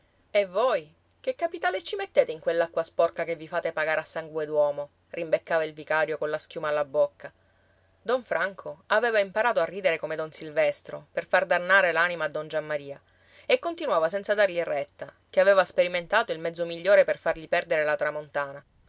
e voi che capitale ci mettete in quell'acqua sporca che vi fate pagare a sangue d'uomo rimbeccava il vicario colla schiuma alla bocca don franco aveva imparato a ridere come don silvestro per far dannare l'anima a don giammaria e continuava senza dargli retta ché aveva sperimentato il mezzo migliore per fargli perdere la tramontana